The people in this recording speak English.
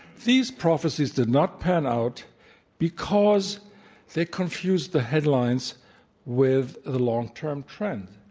these prophecies did not pan out because they confused the headlines with the long-term trend.